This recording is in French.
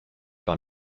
par